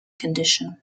condition